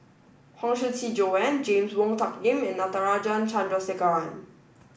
Huang Shiqi Joan James Wong Tuck Yim and Natarajan Chandrasekaran